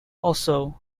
also